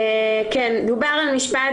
דובר על משפט,